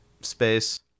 space